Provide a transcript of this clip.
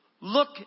look